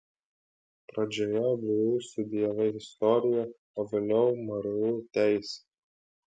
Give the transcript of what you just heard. pradžioje vu studijavai istoriją o vėliau mru teisę